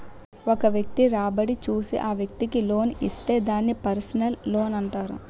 ఒక వ్యక్తి రాబడి చూసి ఆ వ్యక్తికి లోన్ ఇస్తే దాన్ని పర్సనల్ లోనంటారు